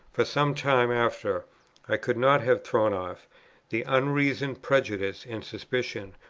for some time after i could not have thrown off the unreasoning prejudice and suspicion,